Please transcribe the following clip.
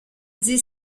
dit